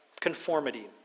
conformity